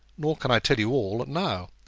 nor can i tell you all now.